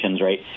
right